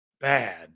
bad